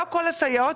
לא כל הסייעות,